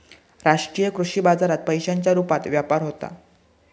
राष्ट्रीय कृषी बाजारात पैशांच्या रुपात व्यापार होता